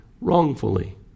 wrongfully